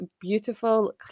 beautiful